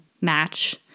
match